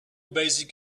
basic